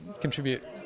contribute